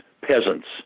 peasants